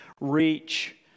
reach